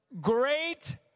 great